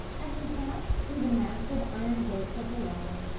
as we passed through the massive iron gates of the lodge,